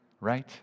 Right